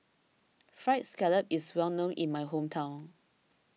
Fried Scallop is well known in my hometown